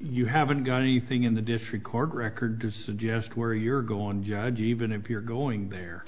you haven't got anything in the district court record to suggest where you're going judge even if you're going there